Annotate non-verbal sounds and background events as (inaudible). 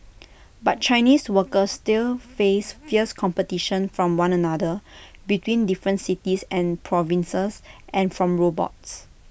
(noise) but Chinese workers still face fierce competition from one another between different cities and provinces and from robots